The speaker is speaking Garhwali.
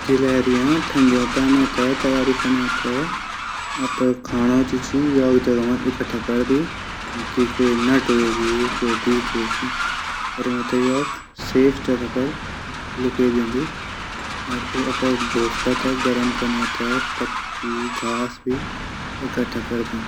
गिलहरियां ठंडी टैमो तैयारी कनो थै। अपडू खाणू थै इक्ट्ठा करदन। क्वी नट ह्वगे क्वी बीज ह्वगे ऊ थै सेव जगह पर लूके दिंदन। और ऊ अपड घोसला थै गरम कनो थै। पती घास भी इकठा करदिन।